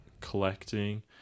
collecting